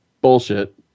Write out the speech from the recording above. bullshit